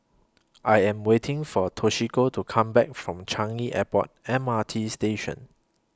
I Am waiting For Toshiko to Come Back from Changi Airport M R T Station